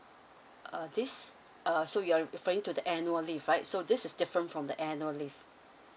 uh this uh so you're referring to the annual leave right so this is different from the annual leave